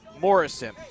Morrison